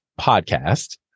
podcast